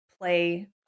play